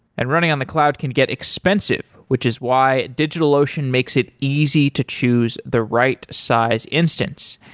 and running on the cloud can get expensive, which is why digitalocean makes it easy to choose the right size instance.